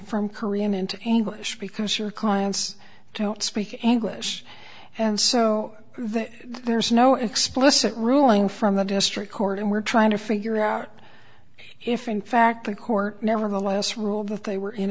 from korean into english because your clients don't speak english and so there's no explicit ruling from the district court and we're trying to figure out if in fact the court nevertheless ruled that they were